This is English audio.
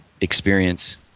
experience